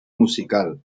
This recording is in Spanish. musical